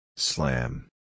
Slam